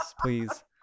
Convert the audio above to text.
please